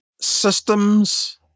Systems